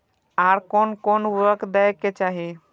आर कोन कोन उर्वरक दै के चाही?